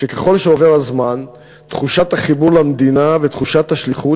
היא שככל שעובר הזמן תחושת החיבור למדינה ותחושת השליחות